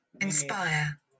Inspire